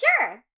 Sure